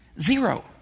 Zero